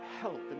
help